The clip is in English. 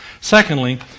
Secondly